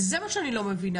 זה מה שאני לא מבינה.